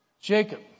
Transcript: Jacob